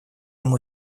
ему